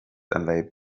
and